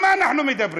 על מה אנחנו מדברים?